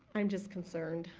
i'm just concerned.